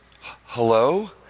hello